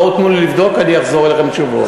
בואו, תנו לי לבדוק, אני אחזור אליך עם תשובות.